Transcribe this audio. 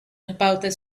about